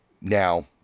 now